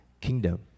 kingdom